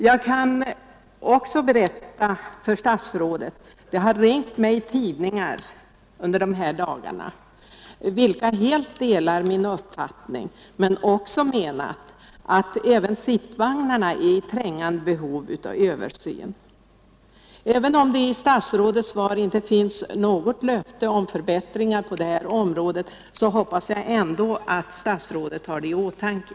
Jag kan också berätta för statsrådet att under de här dagarna har tidningar ringt mig vilka helt delat min uppfattning men också menat att även sittvagnarna är i trängande behov av en översyn. Även om det i statsrådets svar inte finns något löfte om förbättring på dessa områden, hoppas jag ändå att statsrådet har detta i åtanke.